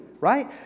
right